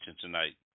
tonight